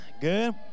Good